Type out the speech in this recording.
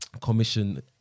commission